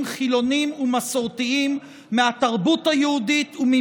חילונים ומסורתיים מהתרבות היהודית ומן